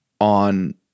on